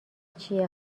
چیه